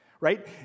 right